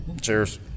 Cheers